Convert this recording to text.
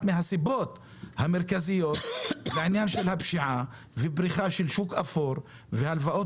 הסיבות המרכזיות לפשיעה ולפריחה של שוק אפור והלוואות